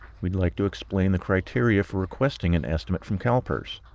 we'd like to explain the criteria for requesting an estimate from calpers.